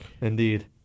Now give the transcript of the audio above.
Indeed